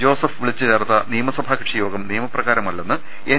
Joseph വിളിച്ചു ചേർത്ത നിയമസഭാ കക്ഷി യോഗം നിയമപ്രകാരമല്ലെന്ന് എൻ